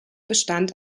bestand